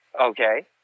Okay